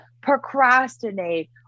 procrastinate